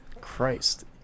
Christ